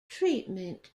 treatment